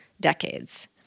decades